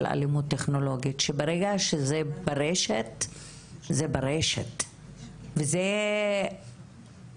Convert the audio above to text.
וזה הכוח שמשתמשים בו נגד כל אישה,